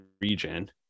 region